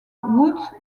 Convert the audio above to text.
woods